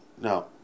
No